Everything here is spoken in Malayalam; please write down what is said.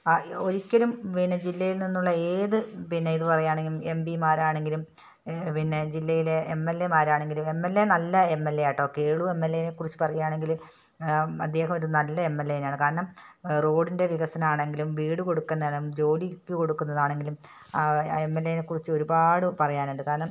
ആ ഒരിക്കലും പിന്നെ ജില്ലയിൽ നിന്നുള്ള ഏത് പിന്നെ ഇതു പറയാണെങ്കിലും എം പി മാരാണെങ്കിലും പിന്നെ ജില്ലയിലെ എം എൽ എമാരാണെങ്കിലും എം എൽ എ നല്ല എം എൽ എ ആണു കെട്ടോ കേളു എം എൽ എനെ കുറിച്ചു പറയുകയാണെങ്കില് അദ്ദേഹം ഒരു നല്ല എം എൽ എ തന്നെയാണ് കാരണം റോഡിൻ്റെ വികസനമാണെങ്കിലും വീടു കൊടുക്കുന്നതും ജോലിക്കു കൊടുക്കുന്നതാണെങ്കിലും എം എൽ എനെക്കുറിച്ച് ഒരുപാട് പറയാനുണ്ട് കാരണം